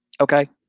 okay